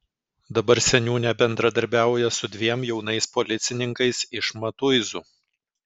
dabar seniūnė bendradarbiauja su dviem jaunais policininkais iš matuizų